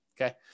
Okay